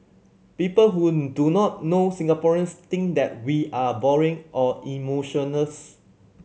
people who do not know Singaporeans think that we are boring or emotionless